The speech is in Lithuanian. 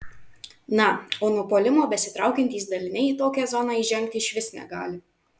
na o nuo puolimo besitraukiantys daliniai į tokią zoną įžengti išvis negali